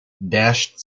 dashed